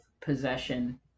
possession